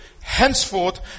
Henceforth